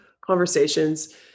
conversations